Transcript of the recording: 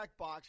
checkbox